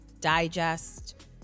digest